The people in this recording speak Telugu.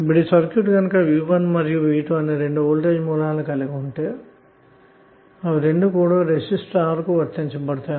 ఇప్పుడు ఈ సర్క్యూట్ లో V1 మరియు V2 అనే 2 వోల్టేజ్ సోర్సెస్ ఉంటే అవి రెండు కూడా రెసిస్టర్ R కు విడిగా వర్తించబడతాయి